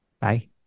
Bye